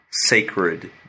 Sacred